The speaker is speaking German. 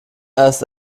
erst